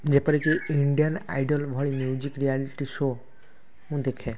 ଯେପରି କି Indian Idol ଭଳି ମ୍ୟୁଜିକ୍ ରିଆଲିଟି୍ ଶୋ ମୁଁ ଦେଖେ